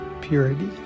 purity